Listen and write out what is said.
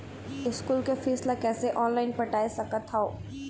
School के fees ला कैसे ऑनलाइन पटाए सकत हव?